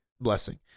blessing